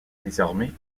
désormais